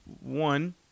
One